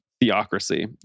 theocracy